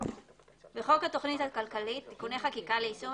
בחוק התכנית הכלכלית (תיקוני חקיקה ליישום